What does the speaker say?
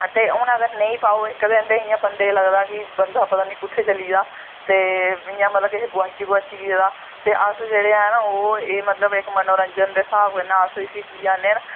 ते अगर हून नेंई पाओ एह् कदैं बंदे इयां लगदा बंदा पता नी कुत्थें चली दा ते इयां मतलव किश गोआची गोआची गेदा ते अस जेह्ड़े हैन ओह् एह् मतलव इक मनोंरंजन दे हिसाब कन्नै अस जीया ने न